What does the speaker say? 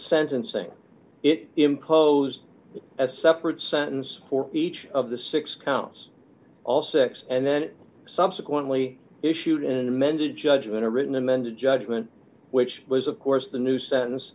sentencing it enclosed as separate sentences for each of the six counts also x and then subsequently issued an amended judgment a written amended judgment which was of course the new sen